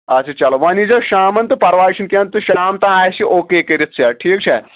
اچھا چلو وۄنۍ یی زیو شامن تہٕ پرواے چھُنہٕ کینٛہہ تہٕ شام تام آسہِ یہِ اوکے کٔرتھ سیٚٹ ٹھیٖک چھا